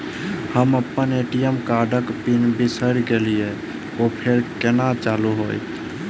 हम अप्पन ए.टी.एम कार्डक पिन बिसैर गेलियै ओ फेर कोना चालु होइत?